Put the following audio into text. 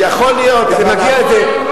כשזה מגיע לזה,